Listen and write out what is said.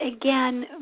again